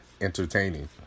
entertaining